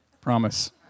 Promise